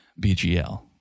BGL